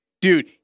Dude